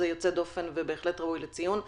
זה יוצא דופן ובהחלט ראוי לציון.